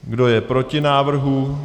Kdo je proti návrhu?